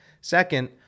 Second